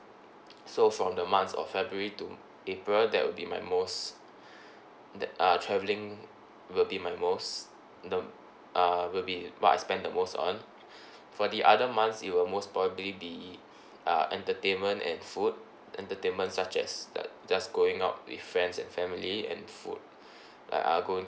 so from the month of february to april that would be my most that uh traveling will be my most the um uh will be what I spend the most on for the other months it will most probably be uh entertainment and food entertainment such as err just going out with friends and family and food like uh going